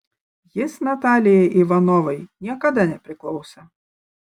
jis natalijai ivanovai niekada nepriklausė